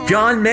John